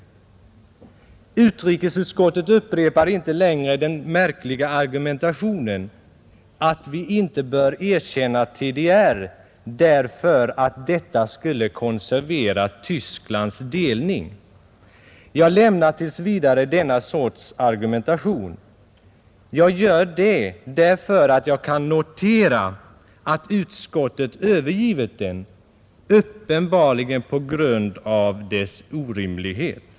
Utrikesutskottet upprepar inte längre den märkliga argumentationen ”att vi inte bör erkänna TDR därför att detta skulle konservera Tysklands delning”. Jag lämnar tills vidare denna sorts argumentation. Jag gör det, därför att jag kan notera att utskottet övergivit den — uppenbarligen på grund av dess orimlighet.